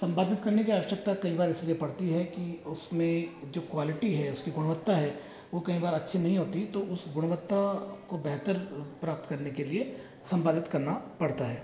संपादित करने की आवश्कता कई बार इस लिए पड़ती है कि उसमें जो क़्वालिटी है उसकी गुणवत्ता है वो कई बार अच्छी नहीं होती तो उस गुणवत्ता को बेहतर प्राप्त करने के लिए संपादित करना पड़ता है